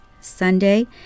Sunday